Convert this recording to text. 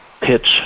pitch